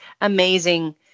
amazing